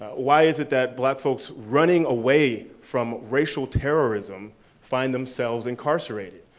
why is it that black folks running away from racial terrorism find themselves incarcerated?